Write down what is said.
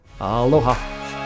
Aloha